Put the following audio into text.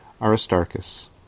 Aristarchus